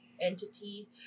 entity